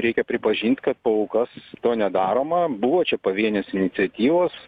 reikia pripažinti kad kolkos to nedaroma buvo čia pavienės iniciatyvos